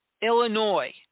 Illinois